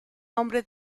hombre